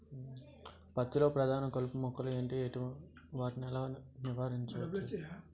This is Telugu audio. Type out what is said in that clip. పత్తి లో ప్రధాన కలుపు మొక్కలు ఎంటి? వాటిని ఎలా నీవారించచ్చు?